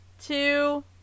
two